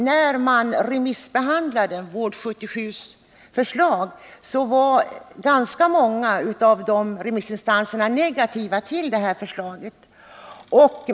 När man remissbehandlade Vård 77:s förslag var ganska många av remissinstanserna negativa till utredningens förslag.